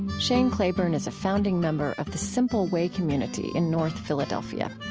shane claiborne is a founding member of the simple way community in north philadelphia.